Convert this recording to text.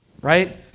right